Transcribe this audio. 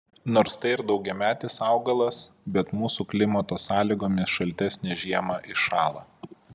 nors tai ir daugiametis augalas bet mūsų klimato sąlygomis šaltesnę žiemą iššąla